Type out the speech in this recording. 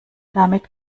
damit